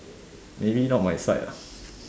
maybe not my side lah